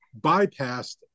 bypassed